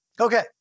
Okay